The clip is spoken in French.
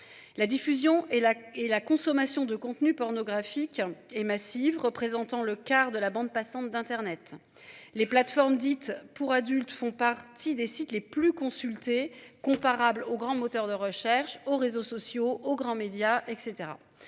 La diffusion et la et la consommation de contenus pornographiques et massive représentant le quart de la bande passante d'Internet les plateformes dites pour adultes font partie des sites les plus consultés comparable aux grands moteur de recherche aux réseaux sociaux aux grands médias et